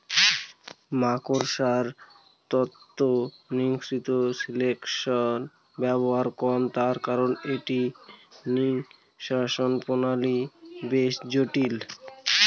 মাকড়সার তন্তু নিঃসৃত সিল্কের ব্যবহার কম তার কারন এটি নিঃষ্কাষণ প্রণালী বেশ জটিল